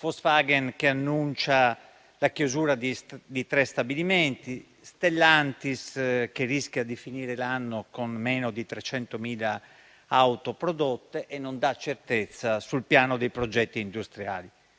Volkswagen annuncia la chiusura di tre stabilimenti; Stellantis rischia di finire l'anno con meno di 300.000 auto prodotte e non dà certezza sul piano dei progetti industriali;